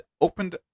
opened